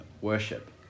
worship